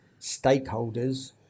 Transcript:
stakeholders